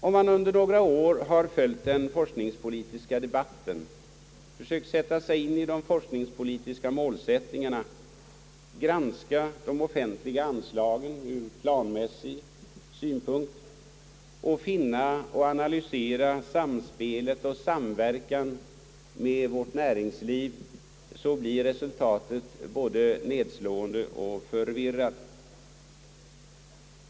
Om man under några år följt den forskningspolitiska debatten, försökt sätta sig in i de forskningspolitiska målsättningarna, granska de offentliga anslagen ur planmässighetssynpunkt och finna och analysera samspelet och samverkan med vårt näringsliv, är resultatet både nedslående och förvirrat.